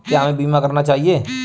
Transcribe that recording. क्या हमें बीमा करना चाहिए?